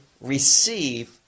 receive